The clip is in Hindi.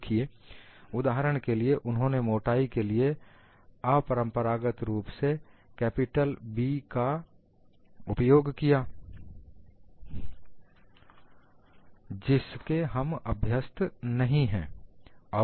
देखिए उदाहरण के लिए उन्होंने मोटाई के लिए अपरंपरागत रूप से कैपिटल B का उपयोग किया जिसके हम अभ्यस्त नहीं हैं